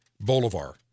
Bolivar